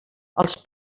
els